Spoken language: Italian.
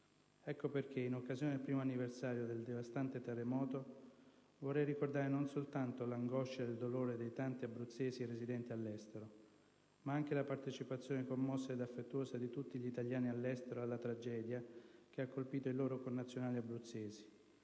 Ecco perché, in occasione del primo anniversario del devastante terremoto, vorrei ricordare non soltanto l'angoscia e il dolore dei tanti abruzzesi residenti all'estero, ma anche la partecipazione commossa ed affettuosa di tutti gli italiani all'estero alla tragedia che ha colpito i loro connazionali abruzzesi.